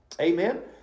Amen